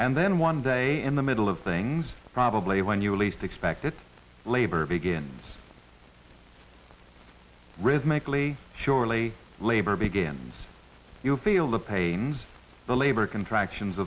and then one day in the middle of things probably when you least expect it labor begins rhythmically surely labor begins you'll feel the pains the labor contractions